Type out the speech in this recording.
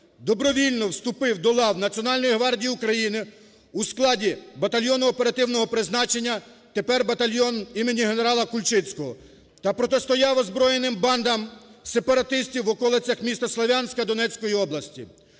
добровільно вступив до лав Національної гвардії України в складі батальйону оперативного призначення, тепер батальйон імені генерала Кульчицького, та протистояв озброєним бандам сепаратистів в околицях міста Слов'янська Донецької області.